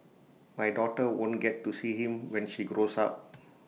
my daughter won't get to see him when she grows up